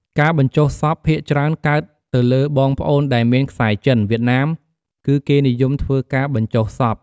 ការបញ្ចុះសពភាគច្រើនកើតទៅលើបងប្អូនដែលមានខ្សែរចិន វៀតណាម គឺគេនិយមធ្វើការបញ្ចុះសព។